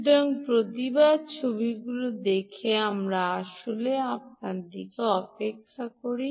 বিঃদ্রঃ প্রতিবার যখন আমরা এই ছবিগুলি দেখি আমরা আসলে অপেক্ষা করি